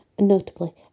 notably